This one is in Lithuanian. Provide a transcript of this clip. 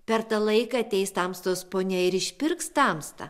per tą laiką ateis tamstos ponia ir išpirks tamstą